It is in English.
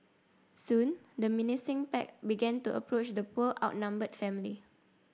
soon the menacing pack began to approach the poor outnumbered family